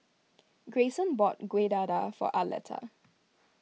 Greyson bought Kueh Dadar for Arletta